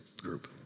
group